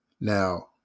Now